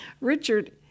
Richard